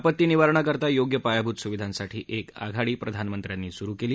आपत्ती निवारणाकरता योग्य पायाभूत सुविधांसाठी एक आघाडी प्रधानमंत्र्यांनी सुरु केली